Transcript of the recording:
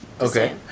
okay